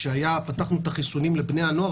כשפתחנו את החיסונים לבני הנוער,